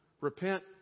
Repent